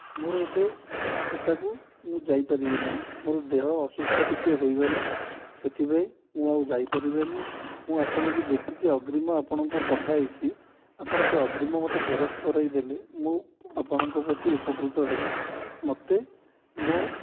ମୋର ଏବେ ସେଇଟାକୁ ମୁଁ ଯାଇପାରିବି ନାହିଁ ମୋର ଦେହ ଅସୁସ୍ଥ ଟିକିଏ ହୋଇଗଲା ସେଥିପାଇଁ ମୁଁ ଆଉ ଯାଇପାରିବିନି ମୁଁ ଆପଣଙ୍କୁ ଯେତିକି ଅଗ୍ରିମ ଆପଣଙ୍କୁ ପଠାଇଛି ଆପଣ ସେ ଅଗ୍ରିମ ମୋତେ ଫେରସ୍ତ କରାଇଦେଲେ ମୁଁ ଆପଣଙ୍କ ପ୍ରତି ଉପକୃତ ହେବି ମୋତେ ମୋ